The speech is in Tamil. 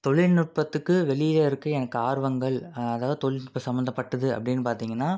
தொழில்நுட்பத்துக்கு வெளியே இருக்கற எனக்கு ஆர்வங்கள் அதாவது தொழில்நுட்ப சம்மந்தப்பட்டது அப்படின்னு பார்த்தீங்கன்னா